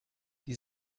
die